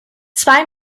zwei